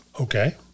Okay